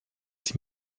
die